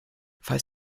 falls